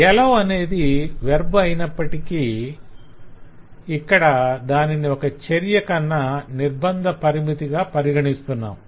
'allow' అనేది verb అయినప్పటికి ఇక్కడి దానిని ఒక చర్యకన్నా నిర్భంద పరిమితిగా పరిగణిస్తున్నాం